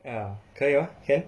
ya 可以 ah can